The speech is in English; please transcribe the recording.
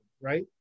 right